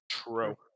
True